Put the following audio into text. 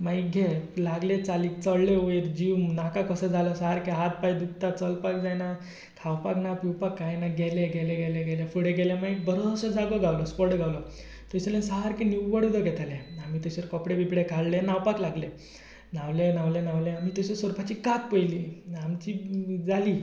मागीर घे लागले चालीक चडले वयर जीव नाका कसो जालो सारके हात पांय दुखतात चलपाक जायना खावपाक ना पिवपाक कांय ना गेले गेले गेले फुडें गेले आनी मागीर एक बरोसो जागो गावलो स्पॉट गावलो थंयसरल्यान सारकें निवळ उदक येतालें थंयसर कपडे बिपडे काडले न्हांवपाक लागले न्हांवले न्हांवले न्हांवलें आमी थंयसर सरपाची कात पळयली आमची जाली